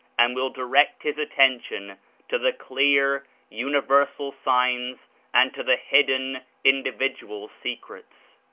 and will direct his attention to the clear, universal signs and to the hidden individual secrets.